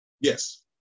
Yes